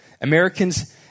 Americans